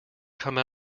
come